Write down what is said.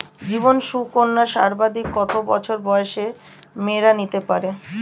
জীবন সুকন্যা সর্বাধিক কত বছর বয়সের মেয়েরা নিতে পারে?